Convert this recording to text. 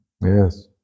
Yes